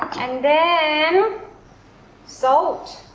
and then salt,